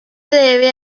debe